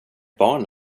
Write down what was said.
barn